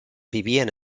vivien